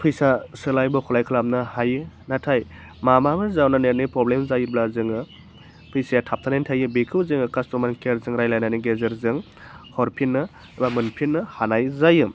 फैसा सोलाय बख'लाय खालामनो हायो नाथाय माबाफोर जाउनाव नेटनि प्रब्लेम जायोब्ला जोङो फैसाया थाबथानानै थायो बेखौ जोङो कास्तमार केयारजों रायज्लायनायनि गेजेरजों हरफिननो एबा मोनफिननो हानाय जायो